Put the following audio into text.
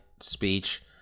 speech